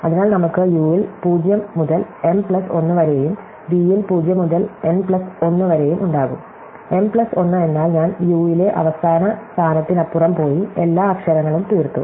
അതിനാൽ നമുക്ക് യു വിൽ 0 മുതൽ എം പ്ലസ് 1 വരെയും വിയിൽ 0 മുതൽ എൻ പ്ലസ് 1 വരെയും ഉണ്ടാകും എം പ്ലസ് 1 എന്നാൽ ഞാൻ യു യിലെ അവസാന സ്ഥാനത്തിനപ്പുറം പോയി എല്ലാ അക്ഷരങ്ങളും തീർത്തു